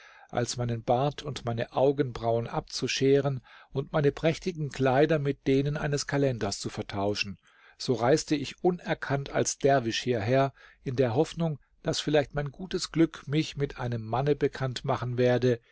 als meinen bart und meine augenbrauen abzuscheren und meine prächtigen kleider mit denen eines kalenders zu vertauschen so reiste ich unerkannt als derwisch hierher in der hoffnung daß vielleicht mein gutes glück mich mit einem manne bekannt machen werde